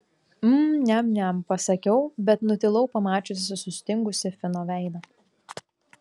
mm niam niam pasakiau bet nutilau pamačiusi sustingusį fino veidą